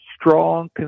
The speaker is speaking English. strong